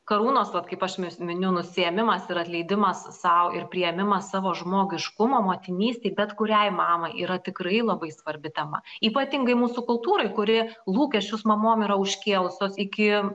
karūnos vat kaip aš mis miniu nusiėmimas ir atleidimas sau ir priėmimas savo žmogiškumo motinystei bet kuriai mamai yra tikrai labai svarbi tema ypatingai mūsų kultūrai kuri lūkesčius mamom yra užkėlusios iki